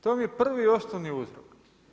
To vam je prvi i osnovni uzrok.